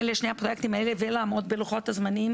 לשני הפרויקטים האלה ולעמוד בלוחות הזמנים.